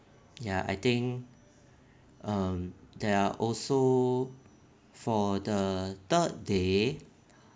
ya I think um there are also for the third day